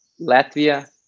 Latvia